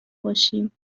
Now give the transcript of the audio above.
باشیم